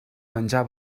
menjar